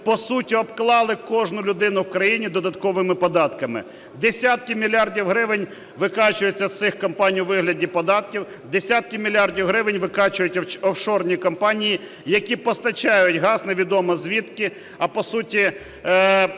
по суті обклали кожну людину в країні додатковими податками. Десятки мільярдів гривень викачуються з цих компаній у вигляді податків, десятки мільярдів гривень викачують офшорні компанії, які постачають газ невідомо звідки, а по суті